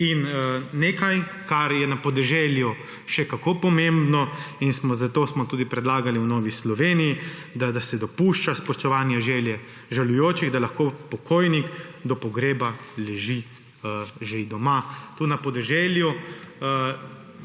In nekaj, kar je na podeželju še kako pomembno in zato smo tudi predlagali v Novi Sloveniji, da se dopušča spoštovanje želje žalujočih, da lahko pokojni do pogreba leži doma. Tu, na podeželju,